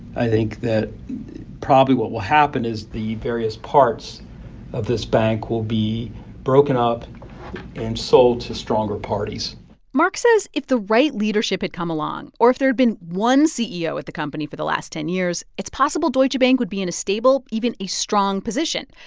i think that probably what will happen is the various parts of this bank will be broken up and sold to stronger parties mark says if the right leadership had come along or if there had been one ceo at the company for the last ten years, it's possible deutsche bank would be in a stable, even a strong position,